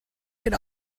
did